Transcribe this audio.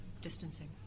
distancing